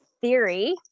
theory